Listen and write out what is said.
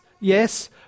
yes